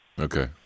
Okay